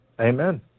Amen